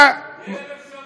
לא יפסיקו.